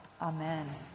Amen